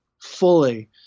fully